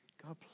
God